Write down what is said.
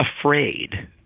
afraid